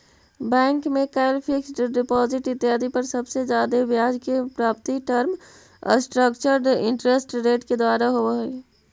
bank में कैल fixed deposit इत्यादि पर सबसे जादे ब्याज के प्राप्ति टर्म स्ट्रक्चर्ड इंटरेस्ट रेट के द्वारा होवऽ हई